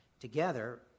together